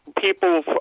people